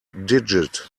digit